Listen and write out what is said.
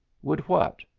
would what?